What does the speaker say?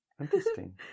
Interesting